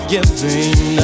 Giving